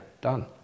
Done